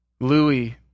Louis